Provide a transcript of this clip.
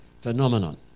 phenomenon